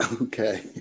Okay